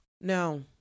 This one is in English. No